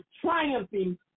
triumphing